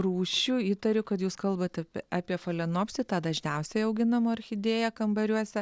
rūšių įtariu kad jūs kalbat apie falenopsį tą dažniausiai auginamą orchidėją kambariuose